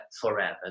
forever